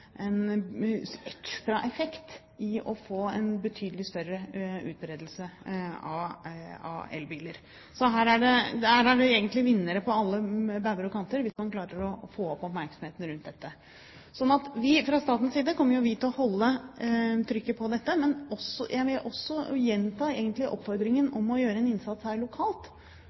effekt det å få en betydelig større utbredelse av elbiler. Her er det egentlig vinnere på alle bauger og kanter, hvis vi klarer å øke oppmerksomheten rundt dette. Vi, fra statens side, kommer til å holde trykket på dette, men jeg vil også gjenta oppfordringen om å gjøre en innsats lokalt, fordi det her